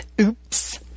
Oops